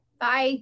Bye